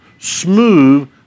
smooth